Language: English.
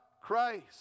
Christ